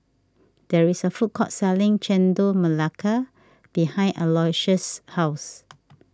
there is a food court selling Chendol Melaka behind Aloysius' house